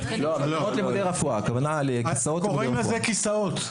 --- הכוונה לכיסאות --- קוראים לזה כיסאות.